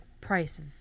price